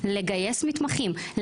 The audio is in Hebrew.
לגייס מתמחים,